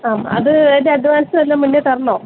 ആ അത് അത് അഡ്വാൻസ് വല്ലതും മുന്നേ തരണോ